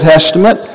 Testament